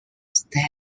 step